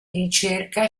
ricerca